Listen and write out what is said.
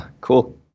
Cool